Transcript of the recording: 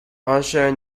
ashur